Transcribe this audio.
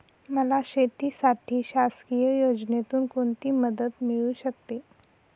मला शेतीसाठी शासकीय योजनेतून कोणतीमदत मिळू शकते?